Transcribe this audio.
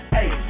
hey